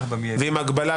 ואם ההגבלה,